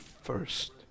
first